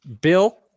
Bill